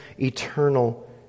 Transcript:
eternal